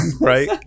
right